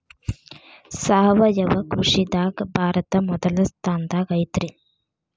ಸಾವಯವ ಕೃಷಿದಾಗ ಭಾರತ ಮೊದಲ ಸ್ಥಾನದಾಗ ಐತ್ರಿ